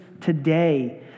today